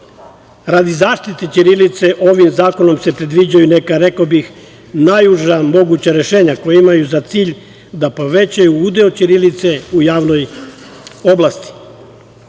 zaštite ćirilice ovim zakonom se predviđaju neka, rekao bih, najuža moguća rešenja koja imaju za cilj da povećaju udeo ćirilice u javnim oblastima.